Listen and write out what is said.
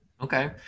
Okay